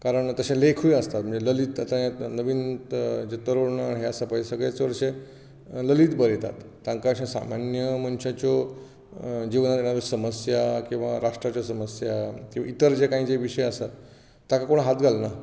कारण तशे लेखूय आसतात म्हणजे ललीत आतां हें एक नवीन जे तरूण हे आसा पळय सगळे चडशे ललीत बरयतात तांकां अशें सामान्य मनशाच्यो जिवनाच्यो समस्या किंवां राष्ट्राच्यो समस्या वा इतर जे कांय जे विशय आसात ताका कोण हात घालना